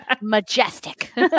majestic